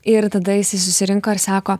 ir tada jisai susirinko ir sako